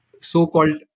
so-called